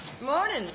Morning